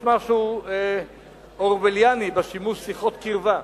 יש משהו אורווליאני בשימוש ב"שיחות קרבה".